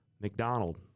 mcdonald